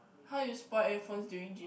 how you spoil earphones during gym